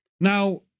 Now